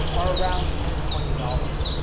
are around ten, twenty dollars.